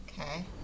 Okay